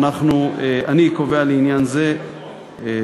אני קובע לעניין זה מגבלה,